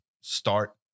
Start